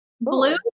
blue